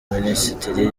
minisitiri